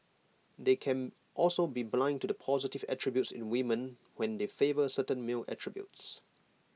they can also be blind to the positive attributes in women when they favour certain male attributes